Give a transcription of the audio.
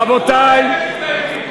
רבותי,